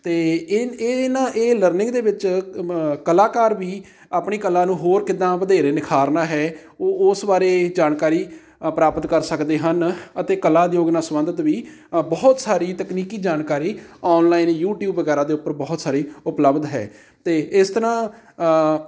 ਅਤੇ ਇਹ ਨਾ ਇਹ ਲਰਨਿੰਗ ਦੇ ਵਿੱਚ ਕਲਾਕਾਰ ਵੀ ਆਪਣੀ ਕਲਾ ਨੂੰ ਹੋਰ ਕਿੱਦਾਂ ਵਧੇਰੇ ਨਿਖਾਰਨਾ ਹੈ ਉਹ ਉਸ ਬਾਰੇ ਜਾਣਕਾਰੀ ਪ੍ਰਾਪਤ ਕਰ ਸਕਦੇ ਹਨ ਅਤੇ ਕਲਾ ਉਦਯੋਗ ਨਾਲ ਸੰਬੰਧਿਤ ਵੀ ਬਹੁਤ ਸਾਰੀ ਤਕਨੀਕੀ ਜਾਣਕਾਰੀ ਔਨਲਾਈਨ ਯੂਟਿਊਬ ਵਗੈਰਾ ਦੇ ਉੱਪਰ ਬਹੁਤ ਸਾਰੀ ਉਪਲੱਬਧ ਹੈ ਅਤੇ ਇਸ ਤਰ੍ਹਾਂ